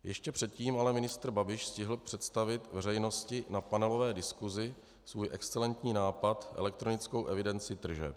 Ještě předtím ale ministr Babiš stihl představit veřejnosti na panelové diskusi svůj excelentní nápad elektronickou evidenci tržeb.